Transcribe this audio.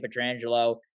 Petrangelo